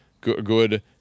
good